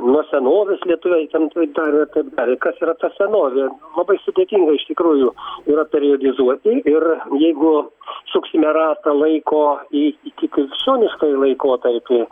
nuo senovės lietuviai ten taip darė ir taip darė kas yra ta senovė labai sudėtinga iš tikrųjų yra periodizuoti ir jeigu suksime ratą laiko į ikikrikščioniškąjį laikotarpį